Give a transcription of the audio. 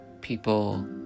people